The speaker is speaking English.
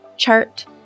chart